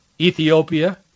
Ethiopia